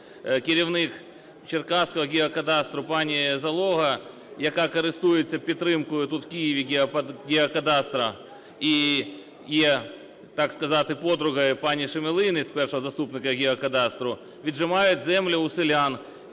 керівник черкаського геокадастру пані Залога, яка користується підтримкою тут, в Києві, геокадастру, і є, так сказати, подругою пані Шемелинець, першого заступника геокадастру, віджимають землю у селян